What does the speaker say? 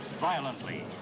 violently